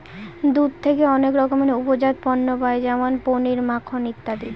দুধ থেকে অনেক রকমের উপজাত পণ্য পায় যেমন পনির, মাখন ইত্যাদি